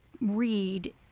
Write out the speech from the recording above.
read